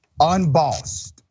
Unbossed